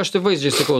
aš taip vaizdžiai sakau